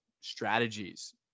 strategies